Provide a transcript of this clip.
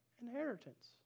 inheritance